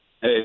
Hey